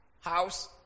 house